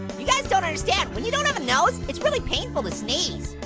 you guys don't understand. when you don't have a nose, it's really painful to sneeze.